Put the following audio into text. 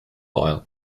oil